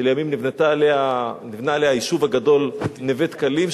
שלימים נבנה עליה היישוב הגדול נווה-דקלים,